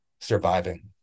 surviving